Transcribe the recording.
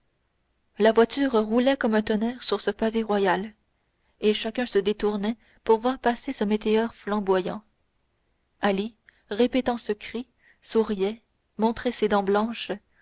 la voiture roulait comme un tonnerre sur ce pavé royal et chacun se détournait pour voir passer ce météore flamboyant ali répétant ce cri souriait montrant ses dents blanches